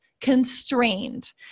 constrained